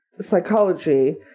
psychology